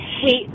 hate